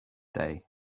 day